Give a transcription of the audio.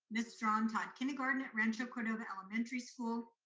miss strong taught kindergarten at rancho cordova elementary school.